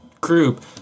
group